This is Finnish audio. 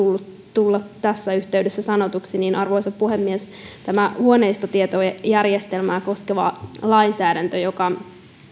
tulla tässä yhteydessä sanotuksi arvoisa puhemies on huoneistotietojärjestelmää koskeva lainsäädäntö joka